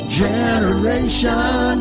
generation